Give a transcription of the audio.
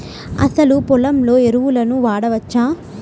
అసలు పొలంలో ఎరువులను వాడవచ్చా?